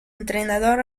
entrenador